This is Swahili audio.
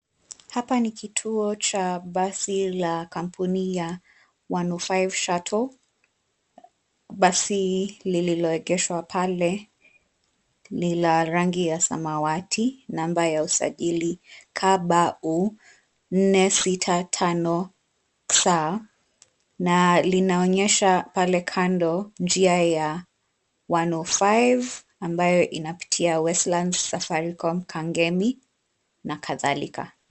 Hapa ni kituo cha basi la kampuni ya 105 shuttle . Basi lililoegeshwa pale ni la rangi ya samawati. Namba ya usajili KBU456S na linaonyesha pale kando njia ya 105 ambayo inapitia Westlands, Safaricom, Kangemi na kadhalika.